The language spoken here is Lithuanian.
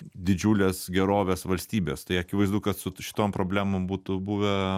didžiulės gerovės valstybės tai akivaizdu kad su šitom problemom būtų buvę